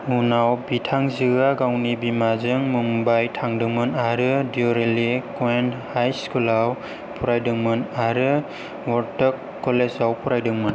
उनाव बिथांजोया गावनि बिमाजों मुम्बाइ थांदोंमोन आरो दियुरेलि कन्वेट हाइ स्कुलाव फरायदोंमोन आरो वर्तक कलेजाव फरायदोंमोन